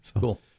Cool